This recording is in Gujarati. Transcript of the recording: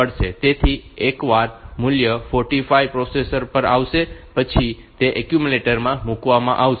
તેથી એકવાર મૂલ્ય 45 પ્રોસેસર પર આવે પછી તે એક્યુમ્યુલેટરમાં મૂકવામાં આવશે